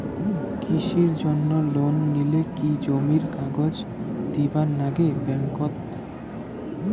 কৃষির জন্যে লোন নিলে কি জমির কাগজ দিবার নাগে ব্যাংক ওত?